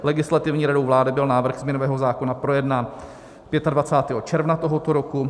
Legislativní radou vlády byl návrh změnového zákona projednán 25. června tohoto roku.